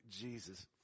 Jesus